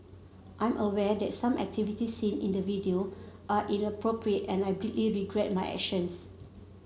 I'm aware that some activities seen in the video are inappropriate and I deeply regret my actions